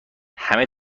همه